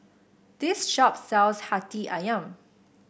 this shop sells Hati ayam